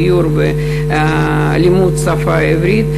דיור ולימוד השפה העברית.